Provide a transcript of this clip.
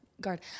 guard